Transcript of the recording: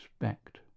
respect